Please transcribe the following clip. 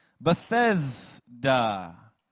Bethesda